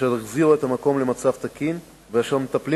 אשר החזירו את המקום למצב תקין ואשר מטפלים